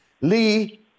Lee